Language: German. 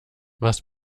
was